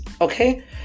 Okay